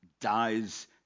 dies